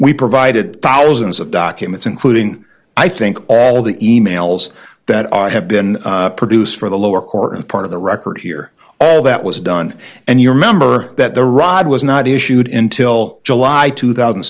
we provided thousands of documents including i think all the emails that i have been produced for the lower court and part of the record here all that was done and you remember that the rod was not issued in till july two thousand